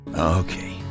Okay